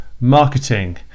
marketing